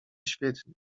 świetnie